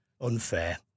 unfair